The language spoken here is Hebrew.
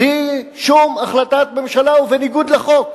בלי שום החלטת ממשלה ובניגוד לחוק,